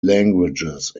languages